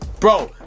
Bro